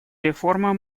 реформы